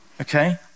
Okay